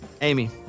Amy